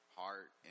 heart